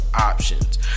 options